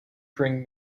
bring